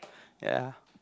ya